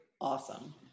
awesome